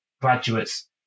graduates